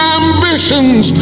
ambitions